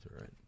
right